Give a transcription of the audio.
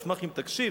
אשמח אם תקשיב,